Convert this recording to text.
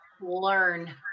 learn